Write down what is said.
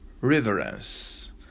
reverence